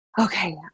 okay